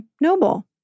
noble